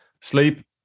Sleep